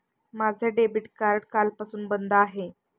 माझे debit card कालपासून बंद आहे